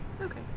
Okay